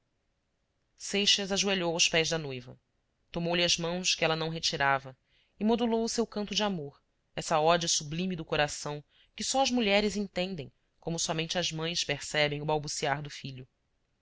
seixas ajoelhou aos pés da noiva tomou-lhe as mãos que ela não retirava e modulou o seu canto de amor essa ode sublime do coração que só as mulheres entendem como somente as mães percebem o balbuciar do filho